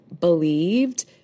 believed